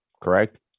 correct